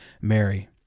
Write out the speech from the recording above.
Mary